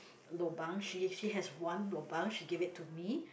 lobang she she has one lobang she give it to me